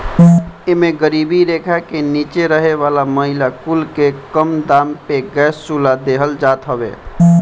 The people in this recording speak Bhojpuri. एमे गरीबी रेखा के नीचे रहे वाला महिला कुल के कम दाम पे गैस चुल्हा देहल जात हवे